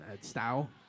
style